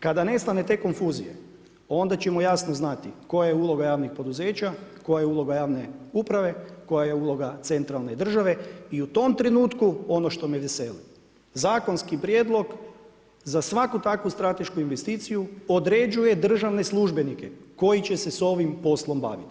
Kada nestaje te konfuzije, onda ćemo jasno znati, koja je uloga javnih poduzeća, koja je uloga javne uprave, koja je uloga centralne države i u tom trenutku, što me veseli, zakonski prijedlog za svaku takvu stratešku investiciju, određuje državne službenike koji će se s ovim poslom baviti.